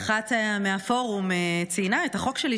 כשאחת מהפורום ציינה את החוק שלי,